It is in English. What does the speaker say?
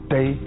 Day